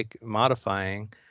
modifying